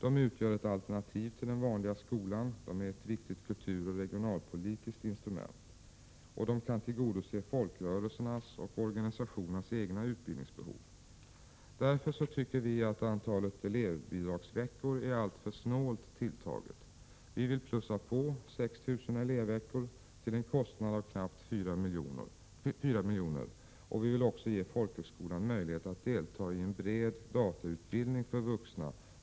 De utgör ett alternativ till den vanliga skolan, och de är ett viktigt kulturoch regionalpolitiskt instrument. De kan tillgodose folkrörelsernas och organisationernas egna utbildningsbehov. Därför tycker vi att antalet elevbidragsveckor är alltför snålt tilltaget. Vi vill plussa på 6 000 elevveckor till en kostnad av knappt 4 milj.kr., och vi vill också genom ett särskilt statsbidrag ge folkhögskolorna möjlighet att delta i en bred datautbildning för vuxna.